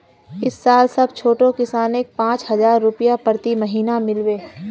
इस साल सब छोटो किसानक पांच हजार रुपए प्रति महीना मिल बे